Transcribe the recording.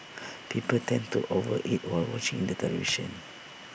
people tend to over eat while watching the television